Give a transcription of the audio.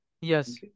Yes